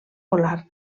polar